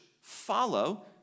follow